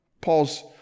Paul's